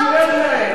מה עם ההורים שלי,